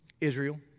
Israel